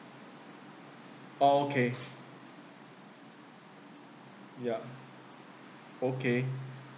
okay yeah okay